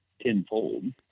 tenfold